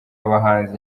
abahanzi